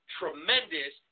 tremendous